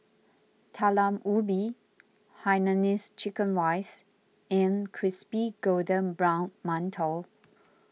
Talam Ubi Hainanese Chicken Rice and Crispy Golden Brown Mantou